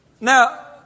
Now